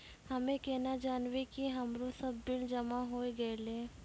हम्मे केना जानबै कि हमरो सब बिल जमा होय गैलै?